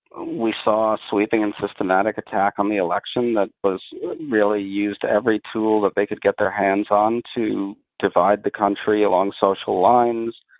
we saw a sweeping and systematic attack on the election that really used to every tool that they could get their hands on to divide the country along social lines,